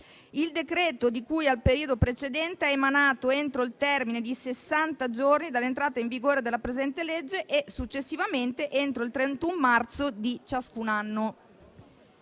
Il decreto di cui al periodo precedente è emanato entro il termine di sessanta giorni dall'entrata in vigore della presente legge e, successivamente, entro il 31 marzo di ciascun anno.»".